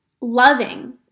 loving